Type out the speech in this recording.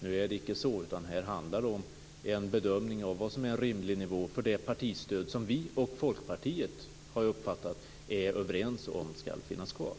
Nu är det icke så, utan här handlar det om en bedömning av vad som är rimlig nivå för det partistöd som vi och Folkpartiet har jag uppfattat är överens om skall finnas kvar.